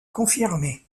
confirmés